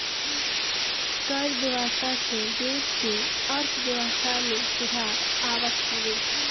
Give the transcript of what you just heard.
कर व्यवस्था से देस के अर्थव्यवस्था में सुधार आवत हवे